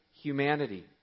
humanity